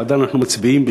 שעדיין אנחנו מצביעים,